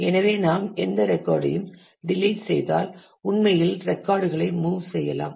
எனவே நாம் எந்த ரெக்கார்டையும் டெலிட் செய்தால் உண்மையில் ரெக்காடுகளை மூவ் செய்யலாம்